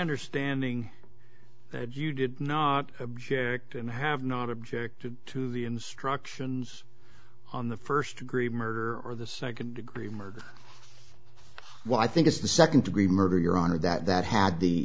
understanding that you did not object and have not objected to the instructions on the first degree murder or the second degree murder what i think is the second degree murder your honor that that had the